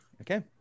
Okay